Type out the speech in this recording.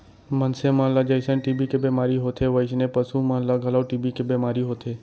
मनसे मन ल जइसन टी.बी के बेमारी होथे वोइसने पसु मन ल घलौ टी.बी के बेमारी होथे